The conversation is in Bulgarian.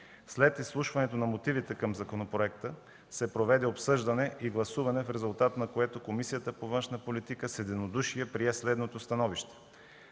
След изслушването на мотивите към законопроекта се проведе обсъждане и гласуване, в резултат на което Комисията по външна политика с единодушие прие следното становище: